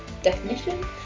Definition